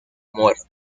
muerte